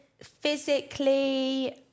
Physically